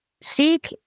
Seek